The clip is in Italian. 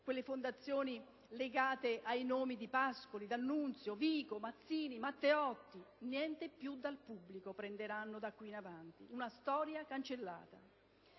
di fondazioni legate ai nomi di Pascoli, D'Annunzio, Vico, Mazzini e Matteotti: niente più dal pubblico prenderanno da qui in avanti, è una storia cancellata.